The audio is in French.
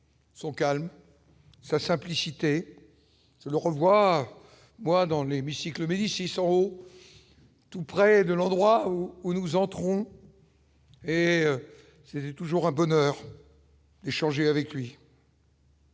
son calme, sa simplicité le revoit moi dans l'hémicycle, Médicis, tout près de l'endroit où nous entrons. Et c'est toujours un bonheur. échanger avec lui.